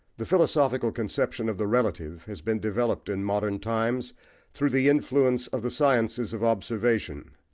the philosophical conception of the relative has been developed in modern times through the influence of the sciences of observation.